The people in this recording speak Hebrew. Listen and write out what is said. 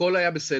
הכול היה בסדר,